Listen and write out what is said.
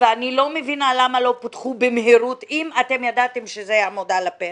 ואני לא מבינה למה לא פותחו במהירות אם ידעתם שזה יעמוד על הפרק.